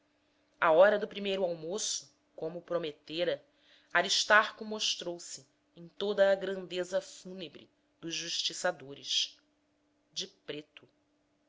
à hora do primeiro almoço como prometera aristarco mostrou-se em toda a grandeza fúnebre dos justiçadores de preto